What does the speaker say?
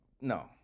no